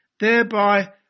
thereby